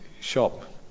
shop